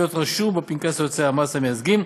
ולהיות רשום בפנקס יועצי המס המייצגים,